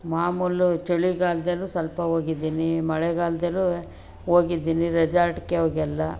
ಮಾಮೂಲು ಚಳಿಗಾಲದಲ್ಲೂ ಸ್ವಲ್ಪ ಹೋಗಿದ್ದೀನಿ ಮಳೆಗಾಲದಲ್ಲೂ ಹೋಗಿದ್ದೀನಿ ರೆಜಾರ್ಟ್ಗೆ ಅವ್ಗೆಲ್ಲ